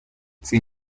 sin